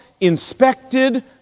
inspected